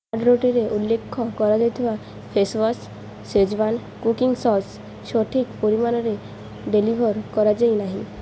ଅର୍ଡ଼ର୍ଟିରେ ଉଲ୍ଲେଖ କରାଯାଇଥିବା ଫେଶ୍ ୱାସ୍ ସେଜୱାନ୍ କୁକିଂ ସସ୍ ସଠିକ୍ ପରିମାଣ ଡେଲିଭର୍ କରାଯାଇ ନାହିଁ